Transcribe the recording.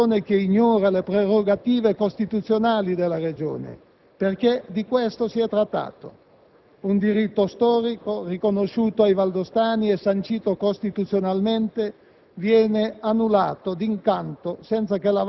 È difficile per noi comprendere una decisione che ignora le prerogative costituzionali della Regione, perché di questo si è trattato. Un diritto storico, riconosciuto ai valdostani e sancito costituzionalmente,